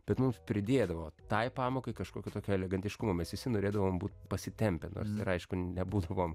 bet mums pridėdavo tai pamokai kažkokio tokio elegantiškumo mes visi norėdavom būt pasitempę nors ir aišku nebuvom